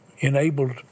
enabled